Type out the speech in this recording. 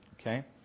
okay